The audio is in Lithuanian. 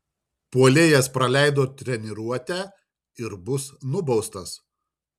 puolėjas praleido treniruotę ir bus nubaustas